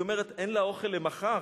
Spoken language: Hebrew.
היא אומרת שאין לה אוכל למחר,